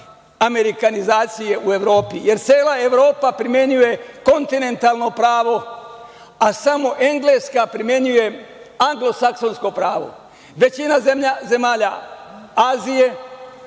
amerikanizacije u Evropi, jer cela Evropa primenjuje kontinentalno pravo, a samo Engleska primenjuje anglosaksonsko pravo. Većina zemalja Azije